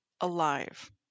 alive